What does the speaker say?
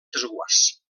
desguàs